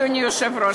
אדוני היושב-ראש,